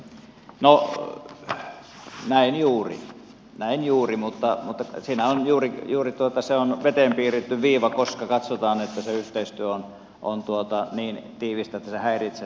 no näin juuri näin juuri mutta siinä on juuri se että se on veteen piirretty viiva koska katsotaan että se yhteistyö on niin tiivistä että se häiritsee sen koko neuvoston yhteistyötä